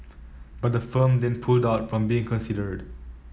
but the firm then pulled out from being considered